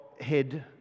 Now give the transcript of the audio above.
head